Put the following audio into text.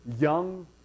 Young